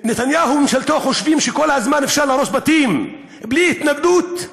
נתניהו וממשלתו חושבים שכל הזמן אפשר להרוס בתים בלי התנגדות?